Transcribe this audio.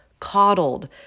coddled